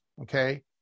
okay